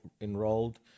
enrolled